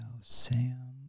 Sam